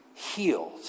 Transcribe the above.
Healed